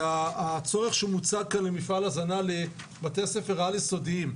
והצורך שמוצג כאן למפעל הזנה לבתי הספר העל-יסודיים,